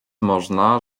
można